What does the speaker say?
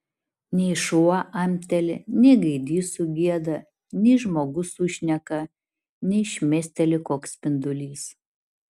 nei šuo amteli nei gaidys sugieda nei žmogus sušneka nei šmėsteli koks spindulys